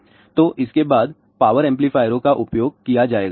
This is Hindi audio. तो ये इसके बाद पावर एंपलीफायरो का उपयोग किया जाएगा